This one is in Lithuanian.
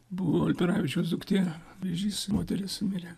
buvo alperavičiaus duktė vėžys moteris mirė